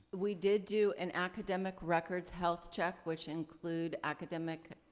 we did do an academic records health check which include academic